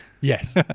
Yes